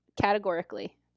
Categorically